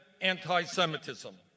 anti-Semitism